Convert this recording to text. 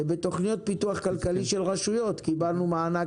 בתוכניות פיתוח כלכלי של רשויות קיבלנו מענק